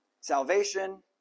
salvation